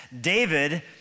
David